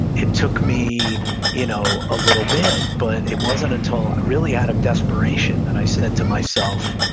it took me you know a little bit, but it wasn't until, really, out of desperation that i said to myself,